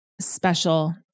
special